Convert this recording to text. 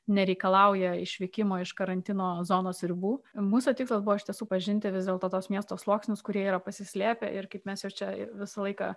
nereikalauja išvykimo iš karantino zonos ribų mūsų tikslas buvo iš tiesų pažinti vis dėlto tos miesto sluoksnius kurie yra pasislėpę ir kaip mes jau čia visą laiką